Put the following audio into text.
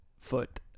foot